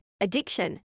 addiction